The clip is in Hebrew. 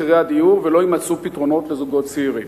מחירי הדיור ולא יימצאו פתרונות לזוגות צעירים.